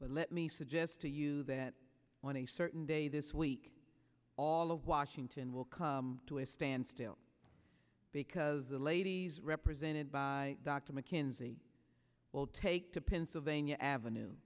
but let me suggest to you that on a certain day this week all of washington will come to a standstill because the ladies represented by dr mckenzie will take to pennsylvania avenue